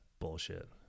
bullshit